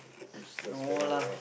useless fellow